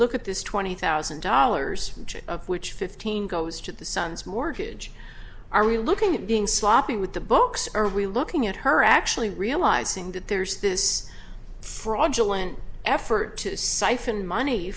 look at this twenty thousand dollars of which fifteen goes to the sons mortgage are we looking at being sloppy with the books are we looking at her actually realizing that there's this fraudulent effort to siphon money